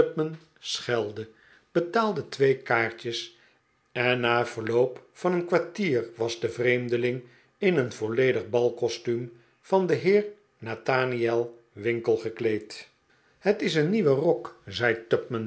schelde betaalde twee kaartjes en na verloop van een kwartier was de vreemdeling in een vol ledig balkostuum van den heer nathaniel winkle gekleed het is een nieuwe irok zei